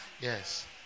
yes